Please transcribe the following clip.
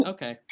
Okay